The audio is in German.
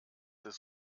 ist